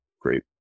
Great